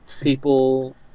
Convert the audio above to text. people